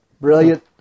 brilliant